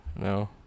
No